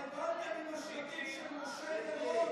אתם התבלבלתם עם השלטים של משה מירון,